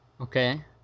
Okay